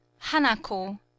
Hanako